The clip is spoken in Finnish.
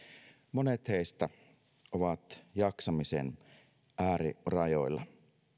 monet heistä ovat jaksamisen äärirajoilla